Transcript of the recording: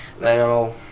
Now